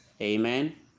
amen